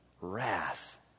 Wrath